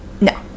No